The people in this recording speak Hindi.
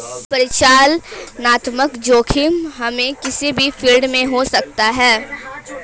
परिचालनात्मक जोखिम हमे किसी भी फील्ड में हो सकता है